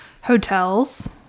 hotels